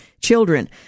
children